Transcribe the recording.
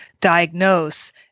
diagnose